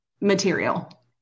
material